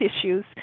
issues